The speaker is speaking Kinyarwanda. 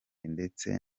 ndetse